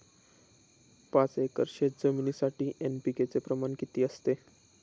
पाच एकर शेतजमिनीसाठी एन.पी.के चे प्रमाण किती असते?